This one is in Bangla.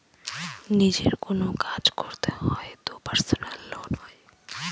নিজের কোনো কাজ করতে হয় তো পার্সোনাল লোন হয়